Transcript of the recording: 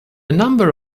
number